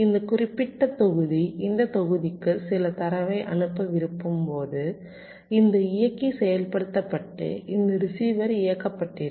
இந்த குறிப்பிட்ட தொகுதி இந்த தொகுதிக்கு சில தரவை அனுப்ப விரும்பும்போது இந்த இயக்கி செயல்படுத்தப்பட்டு இந்த ரிசீவர் இயக்கப்பட்டிருக்கும்